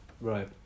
right